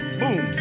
boom